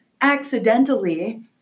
accidentally